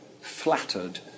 flattered